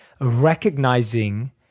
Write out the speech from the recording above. recognizing